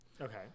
Okay